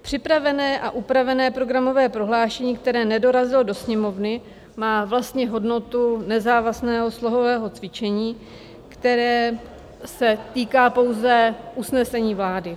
Připravené a upravené programové prohlášení, které nedorazilo do Sněmovny, má vlastně hodnotu nezávazného slohového cvičení, které se týká pouze usnesení vlády.